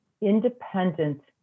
independent